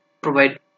provide